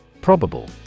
Probable